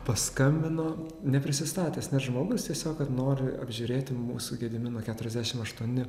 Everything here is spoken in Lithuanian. paskambino neprisistatęs net žmogus tiesiog kad nori apžiūrėti mūsų gedimino keturiasdešim aštuoni